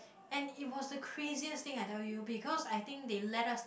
and it was the craziest thing I tell you because I think they let us